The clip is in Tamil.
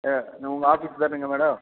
ஆ உங்கள் ஆபிஸ் தானேங்க மேடம்